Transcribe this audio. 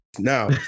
Now